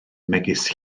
megis